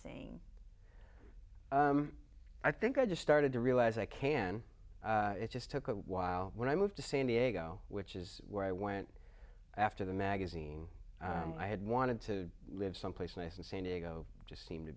sing i think i just started to realize i can it just took a while when i moved to san diego which is where i went after the magazine i had wanted to live someplace nice in san diego just seemed to